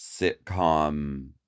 sitcom